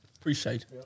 Appreciate